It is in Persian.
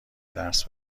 درس